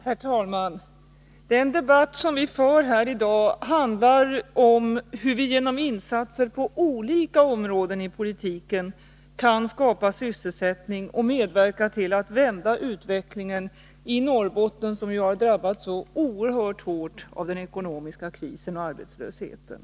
Herr talman! Den debatt som vi för i dag handlar om hur vi genom insatser på olika områden i politiken kan skapa sysselsättning och medverka till att vända utvecklingen i Norrbotten, som ju drabbats oerhört hårt av den ekonomiska krisen och arbetslösheten.